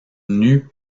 nue